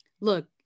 look